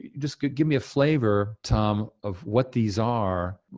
just give give me a flavor, tom, of what these are.